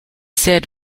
said